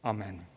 Amen